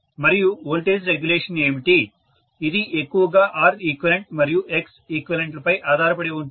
మరియు voltage regulation ఏమిటి ఇది ఎక్కువగా Req మరియుXeqలపై ఆధారపడి ఉంటుంది